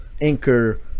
Anchor